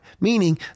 Meaning